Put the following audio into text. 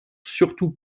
surtout